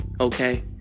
okay